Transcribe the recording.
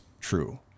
true